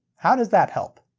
how does that help?